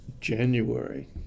January